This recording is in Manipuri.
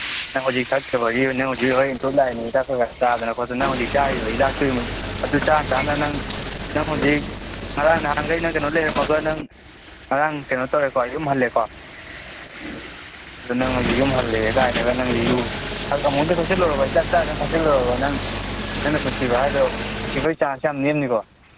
ꯅꯪ ꯍꯧꯖꯤꯛ ꯊꯛꯇꯕꯒꯤ ꯅꯪ ꯍꯧꯖꯤꯛ ꯈꯔ ꯏꯝꯄ꯭ꯔꯨꯞ ꯂꯥꯛꯏꯅꯤ ꯍꯤꯗꯥꯛ ꯈꯔ ꯆꯥꯗꯅ ꯈꯣꯠꯇꯅ ꯅꯪ ꯍꯧꯖꯤꯛ ꯆꯥꯔꯤꯕ ꯍꯤꯗꯥꯛꯇꯨꯒꯤ ꯑꯗꯨ ꯆꯥ ꯆꯥꯅ ꯅꯪ ꯅꯪ ꯍꯧꯖꯤꯛ ꯉꯔꯥꯡ ꯅꯍꯥꯟꯒꯩ ꯅꯪ ꯀꯩꯅꯣ ꯂꯩꯔꯝꯃꯒ ꯅꯪ ꯉꯔꯥꯡ ꯀꯩꯅꯣ ꯇꯧꯔꯦꯀꯣ ꯌꯨꯝ ꯍꯜꯂꯦꯀꯣ ꯑꯗꯨ ꯅꯪ ꯍꯧꯖꯤꯛ ꯌꯨꯝ ꯍꯜꯂꯦ ꯀꯥꯏꯅꯒ ꯅꯪ ꯌꯨ ꯑꯃꯨꯛꯀ ꯊꯛꯆꯤꯜꯂꯨꯔꯕ ꯍꯤꯗꯥꯛ ꯆꯥ ꯆꯥꯅ ꯊꯛꯆꯤꯜꯂꯨꯔꯕ ꯅꯪ ꯅꯪꯅ ꯄꯨꯟꯁꯤꯕ ꯍꯥꯏꯗꯣ ꯄꯨꯟꯁꯤꯕꯒꯤ ꯆꯥꯟꯁ ꯌꯥꯝ ꯅꯦꯝꯅꯤꯀꯣ